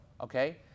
Okay